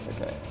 Okay